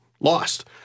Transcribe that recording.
lost